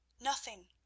Nothing